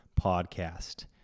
podcast